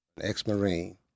ex-marine